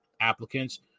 Applicants